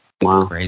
Wow